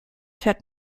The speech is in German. fährt